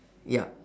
yup